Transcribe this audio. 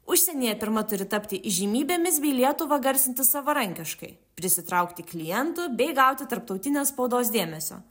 užsienyje pirma turi tapti įžymybėmis bei lietuvą garsinti savarankiškai prisitraukti klientų bei gauti tarptautinės spaudos dėmesio